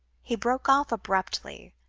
he broke off abruptly,